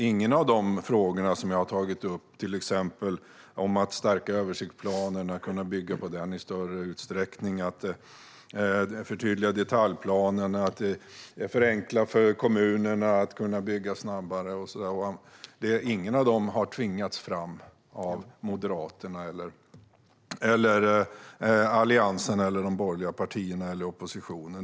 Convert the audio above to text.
Ingen av de frågor jag har tagit upp, till exempel om att stärka översiktsplanen och kunna bygga på den i större utsträckning, om att förtydliga detaljplanerna, om att förenkla för kommunerna att bygga snabbare och så vidare har tvingats fram av Moderaterna, Alliansen, de borgerliga partierna eller oppositionen.